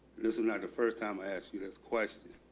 it isn't like the first time i asked you this question